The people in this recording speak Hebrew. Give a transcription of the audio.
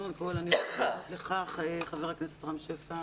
קודם כל אני רוצה להודות לך חבר הכנסת רם שפע